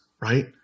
right